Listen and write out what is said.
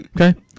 Okay